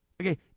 okay